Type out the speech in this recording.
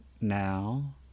now